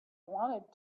wanted